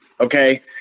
Okay